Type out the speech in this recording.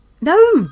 No